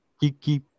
Kiki